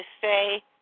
say